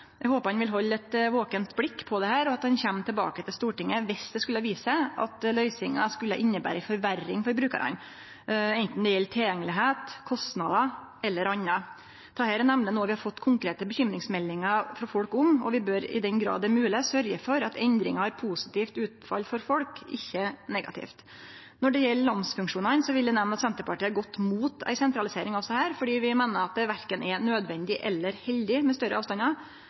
Eg håpar han vil halde eit vakent blikk på dette, og at han kjem tilbake til Stortinget dersom det skulle vise seg at løysinga skulle innebere ei forverring for brukarane, anten det gjeld tilgjengelegheit, kostnader eller anna. Dette er nemleg noko vi har fått konkrete bekymringsmeldingar frå folk om, og vi bør i den grad det er mogleg, sørgje for at endringar har positivt utfall for folk, ikkje negativt. Når det gjeld namsmannsfunksjonane, vil eg nemne at Senterpartiet har gått mot ei sentralisering av desse fordi vi meiner at det verken er nødvendig eller heldig med større avstandar.